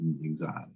anxiety